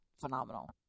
phenomenal